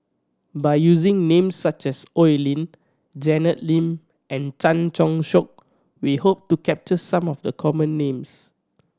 by using names such as Oi Lin Janet Lim and Chan Choy Siong we hope to capture some of the common names